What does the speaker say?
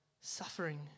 suffering